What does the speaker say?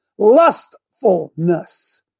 lustfulness